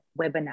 webinar